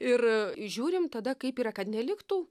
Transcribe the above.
ir žiūrim tada kaip yra kad neliktų